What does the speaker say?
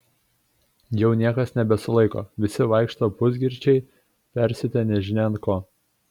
jau niekas nebesulaiko visi vaikšto pusgirčiai persiutę nežinia ant ko